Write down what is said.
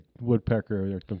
Woodpecker